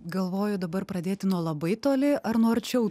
galvoju dabar pradėti nuo labai toli ar nuo arčiau